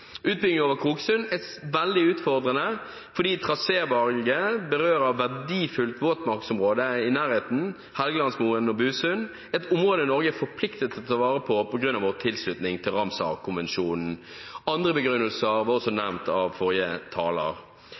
Utbygging over Kroksund er veldig utfordrende fordi trasévalget berører et verdifullt våtmarksområde i nærheten, Helgelandsmoen og Busund, som er et område Norge er forpliktet til å ta vare på grunn av vår tilslutning til Ramsar-konvensjonen. Andre begrunnelser ble nevnt av forrige taler.